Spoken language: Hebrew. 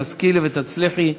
תשכילי ותצליחי.